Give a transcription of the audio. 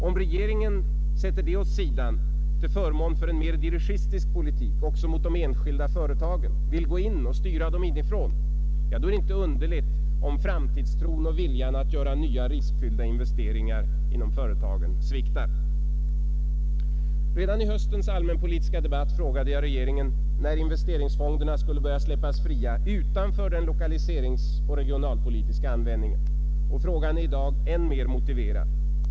Om regeringen sätter denna rollfördelning åt sidan till förmån för en mer dirigistisk politik också mot de enskilda företagen, genom att vilja gå in och styra dem inifrån, då är det inte underligt om framtidstron och viljan att göra nya riskfyllda investeringar inom företagen sviktar. Redan i höstens allmänpolitiska debatt frågade jag regeringen när investeringsfonderna skulle börja släppas fria utanför den lokaliseringsoch regionalpolitiska användningen. Frågan är i dag än mer motiverad.